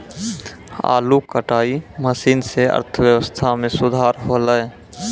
आलू कटाई मसीन सें अर्थव्यवस्था म सुधार हौलय